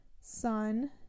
Sun